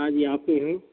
ہاں جی آپ کیسے ہیں